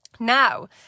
Now